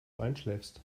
einschläfst